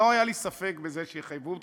לא היה לי ספק בזה שיחייבו אותך,